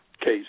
Case